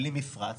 בלי מפרץ.